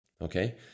Okay